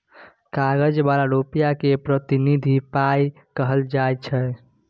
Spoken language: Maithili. कागज बला रुपा केँ प्रतिनिधि पाइ कहल जाइ छै